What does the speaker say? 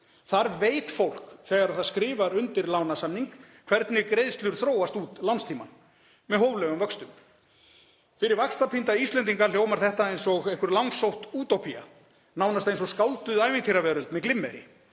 Þar veit fólk þegar það skrifar undir lánasamning hvernig greiðslur þróast út lánstímann, með hóflegum vöxtum. Fyrir vaxtapínda Íslendinga hljómar þetta eins og einhver langsótt útópía, nánast eins og skálduð ævintýraveröld með glimmeri.